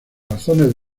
razones